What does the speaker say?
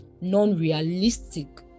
non-realistic